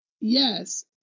Yes